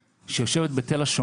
אני אתן לך להגיב אחר כך,